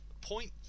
point